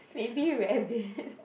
maybe rabbit